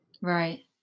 Right